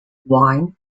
wine